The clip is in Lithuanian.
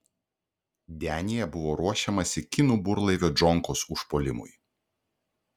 denyje buvo ruošiamasi kinų burlaivio džonkos užpuolimui